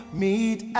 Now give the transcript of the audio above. meet